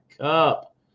cup